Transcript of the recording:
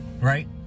Right